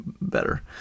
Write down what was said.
better